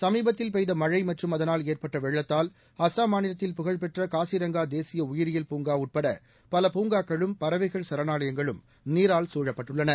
சமீபத்தில் பெய்த மழை மற்றும் அதனால் ஏற்பட்ட வெள்ளத்தால் அஸ்ஸாம் மாநிலத்தில் புகழ்பெற்ற காசிரங்கா தேசிய உயிரியல் பூங்கா உட்பட பல பூங்காக்களும் பறவைகள் சரணாலயங்களும் நீரால் சூழப்பட்டுள்ளன